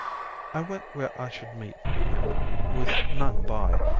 i went where i should meet him with none by,